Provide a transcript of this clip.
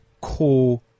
core